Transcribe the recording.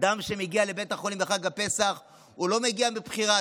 אדם שמגיע לבית חולים בחג הפסח לא מגיע מבחירה.